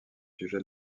sujet